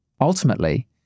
Ultimately